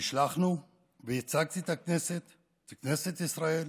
נשלחנו, וייצגתי את הכנסת, את כנסת ישראל,